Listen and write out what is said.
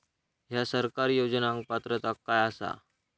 हया सरकारी योजनाक पात्रता काय आसा?